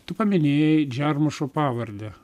tu paminėjai džiarmušo pavardę